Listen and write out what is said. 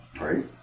Right